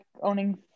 owning